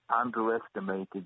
underestimated